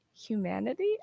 humanity